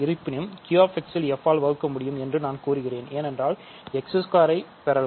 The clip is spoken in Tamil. இருப்பினும் Q x இல் f ஆல் வகுக்க முடியும் என்று நான் கூறுகிறேன் ஏனென்றால் இங்கே x2 ஐ பெறலாம்